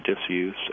disuse